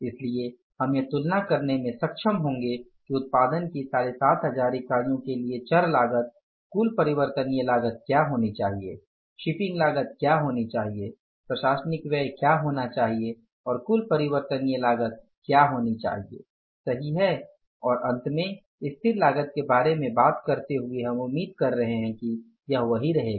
इसलिए हम यह तुलना करने में सक्षम होंगे कि उत्पादन की 7500 इकाइयों के लिए चर लागत कुल परिवर्तनीय लागत क्या होनी चाहिए शिपिंग लागत क्या होनी चाहिए प्रशासनिक व्यय क्या होना चाहिए और कुल परिवर्तनीय लागत क्या होनी चाहिए सही है और अंत में स्थिर लागत के बारे में बात करते हुए हम उम्मीद कर रहे हैं कि यह वही रहेगा